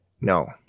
No